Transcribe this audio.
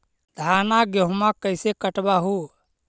धाना, गेहुमा कैसे कटबा हू?